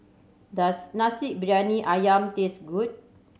does Nasi Briyani Ayam taste good